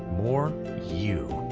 more you.